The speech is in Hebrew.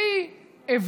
וי,